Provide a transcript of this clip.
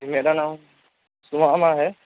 میرا نام ثمامہ ہے